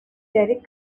derek